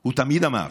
הוא תמיד אמר: